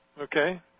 okay